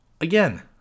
Again